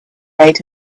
made